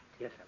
Yes